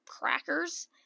crackers